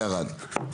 ירד, ירד.